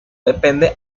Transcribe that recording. depende